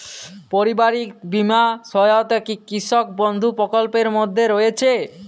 পারিবারিক বীমা সহায়তা কি কৃষক বন্ধু প্রকল্পের মধ্যে রয়েছে?